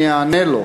אני אענה לו: